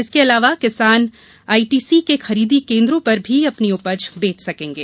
इसके अलावा किसान आईटीसी के खरीदी केन्द्रों पर भी अपनी उपज बेच सकेंगे